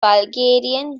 bulgarian